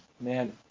Man